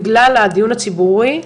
בגלל הדיון הציבורי,